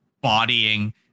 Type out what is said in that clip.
bodying